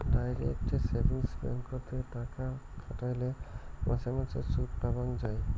direct savings ব্যাঙ্ককোত এ টাকা খাটাইলে মাসে মাসে সুদপাবঙ্গ যাই